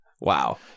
Wow